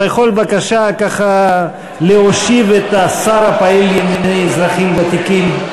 אתה יכול בבקשה ככה להושיב את השר הפעיל לענייני אזרחים ותיקים.